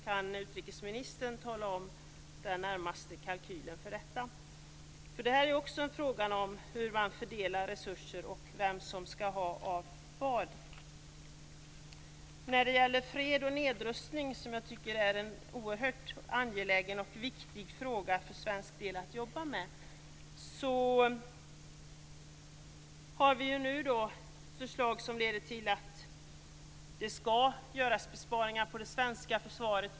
Kan utrikesministern tala om den närmaste kalkylen för detta? Det här är också en fråga om hur man fördelar resurser och vem som skall ha av vad. När det gäller fred och nedrustning, som jag tycker är en oerhört angelägen och viktig fråga för svensk del att jobba med, har vi ett förslag som leder till att det skall göras besparingar på det svenska försvaret.